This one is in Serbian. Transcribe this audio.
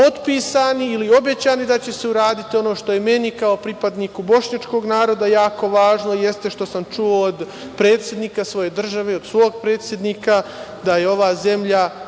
ili obećani da će se uraditi, meni, kao pripadniku bošnjačkog naroda, jako važno jeste što sam čuo od predsednika svoje države, svog predsednika da ova zemlja,